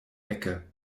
ecke